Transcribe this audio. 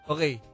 Okay